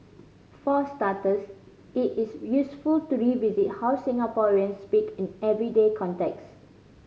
for starters it is useful to revisit how Singaporeans speak in everyday contexts